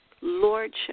lordship